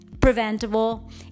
preventable